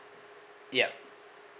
yup